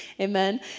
Amen